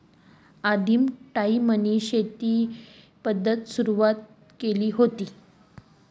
आदिम टायीमनी शेती पद्धत सुरवातनी शेतीले न्यारी शे